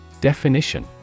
Definition